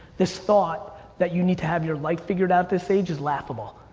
this thought that you need to have your life figured out this age is laughable.